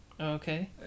Okay